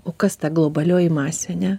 o kas ta globalioji masė ne